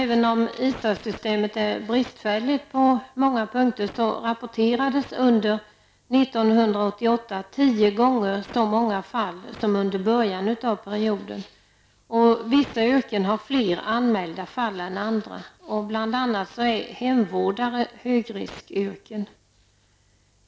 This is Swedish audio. Även om ISA-systemet är bristfälligt på många punkter rapporterades under 1988 tio gånger så många fall som under början av perioden. Vissa yrken har fler anmälda fall än andra. bl.a. är hemvårdare ett högriskyrke.